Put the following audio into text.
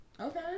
Okay